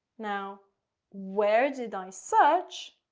now where did i search?